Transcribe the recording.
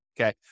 okay